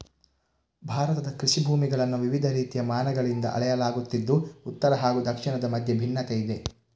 ಭಾರತದ ಕೃಷಿ ಭೂಮಿಗಳನ್ನು ವಿವಿಧ ರೀತಿಯ ಮಾನಗಳಿಂದ ಅಳೆಯಲಾಗುತ್ತಿದ್ದು ಉತ್ತರ ಹಾಗೂ ದಕ್ಷಿಣದ ಮಧ್ಯೆ ಭಿನ್ನತೆಯಿದೆ